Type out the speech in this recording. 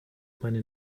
meine